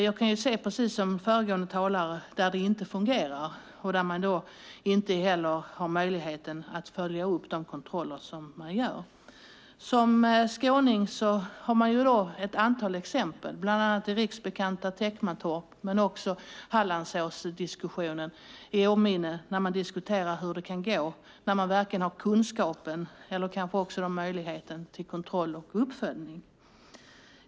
Jag kan precis som föregående talare se att det finns kommuner där det inte fungerar och där man då inte heller har möjlighet att följa upp de kontroller man gör. Som skåning har man ett antal exempel i åminne, bland annat det riksbekanta Teckomatorp men också Hallandsåsdiskussionen, när man diskuterar hur det kan gå när man varken har kunskapen eller möjligheten till kontroll och uppföljning.